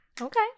Okay